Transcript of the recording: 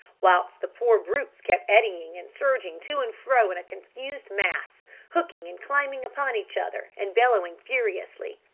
whilst the poor brutes kept eddying and surging to and fro in a confused mass, hooking and climbing upon each other, and bellowing furiously.